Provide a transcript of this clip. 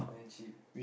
very cheap